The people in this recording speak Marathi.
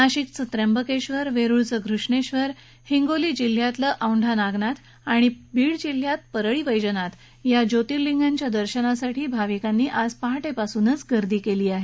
नाशिकचं त्र्यंबकेश्वर वेरुळचं घृष्णेश्वर हिंगोली जिल्हात औंढा नागनाथ आणि बीड जिह्यात परळी वैजनाथ या ज्योतिर्लिंगांच्या दर्शनासाठी भाविकांनी आज पहाटेपासूनच गर्दी केली आहे